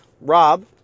Rob